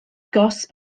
gosb